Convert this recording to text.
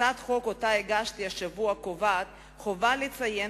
הצעת החוק שהגשתי השבוע קובעת חובה לציין